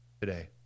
today